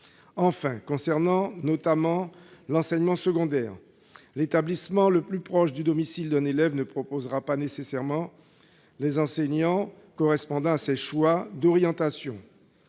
Enfin, s'agissant notamment de l'enseignement secondaire, l'établissement le plus proche du domicile d'un élève ne proposera pas nécessairement les enseignements correspondant aux choix d'orientation